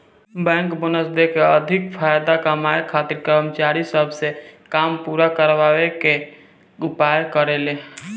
bank bonus देके अधिका फायदा कमाए खातिर कर्मचारी सब से काम पूरा करावे के उपाय करेले